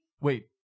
Wait